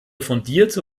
fundierte